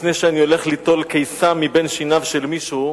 לפני שאני הולך ליטול קיסם מבין שיניו של מישהו,